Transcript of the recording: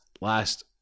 last